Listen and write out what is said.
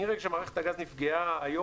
מהרגע שמערכת הגז נפגעה היום,